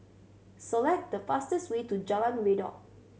select the fastest way to Jalan Redop